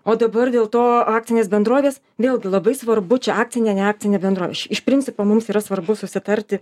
o dabar dėl to akcinės bendrovės vėlgi labai svarbu čia akcinė ne akcinė bendrovė principo mums yra svarbu susitarti